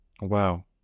Wow